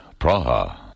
Praha